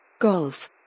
Golf